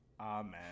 Amen